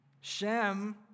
Shem